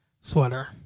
sweater